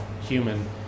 human